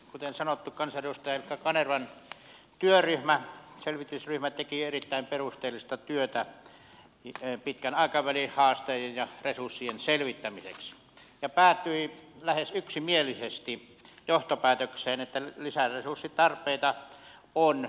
kuten sanottu kansanedustaja ilkka kanervan työryhmä selvitysryhmä teki erittäin perusteellista työtä pitkän aikavälin haasteiden ja resurssien selvittämiseksi ja päätyi lähes yksimielisesti johtopäätökseen että lisäresurssitarpeita on puolustusbudjetissa